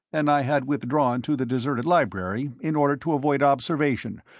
and i had withdrawn to the deserted library, in order to avoid observation,